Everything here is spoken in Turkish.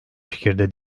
fikirde